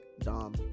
Dom